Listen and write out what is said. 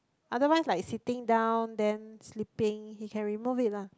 otherwise like sitting down then sleeping he can remove it lah